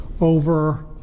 over